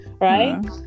right